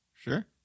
Sure